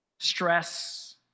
stress